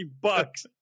bucks